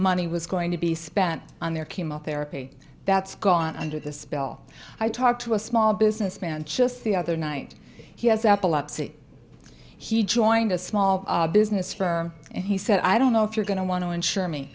money was going to be spent on their chemotherapy that's gone under this bill i talked to a small businessman just the other night he has at biloxi he joined a small business firm and he said i don't know if you're going to want to insure me